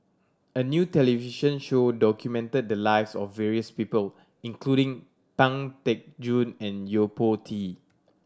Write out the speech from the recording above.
a new television show documented the lives of various people including Pang Teck Joon and Yo Po Tee